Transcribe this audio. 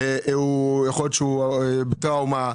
אולי בטראומה,